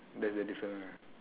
that's the different one ah